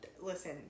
Listen